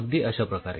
अगदी अश्याप्रकारे